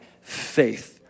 faith